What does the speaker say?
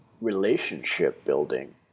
relationship-building